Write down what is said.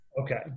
Okay